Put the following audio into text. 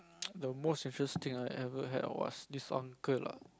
the most interesting thing I've ever had was this uncle ah